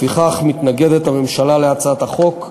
לפיכך, הממשלה מתנגדת להצעת החוק.